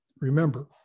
Remember